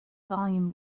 volume